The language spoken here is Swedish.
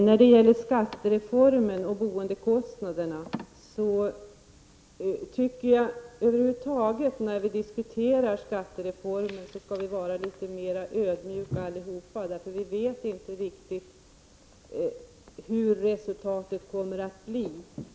När det gäller skattereformen och boendekostnaderna tycker jag att vi över huvud taget när vi diskuterar skattereformen skall vara litet mera ödmjuka, för vi vet inte riktigt vad den ger för resultat.